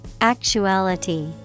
Actuality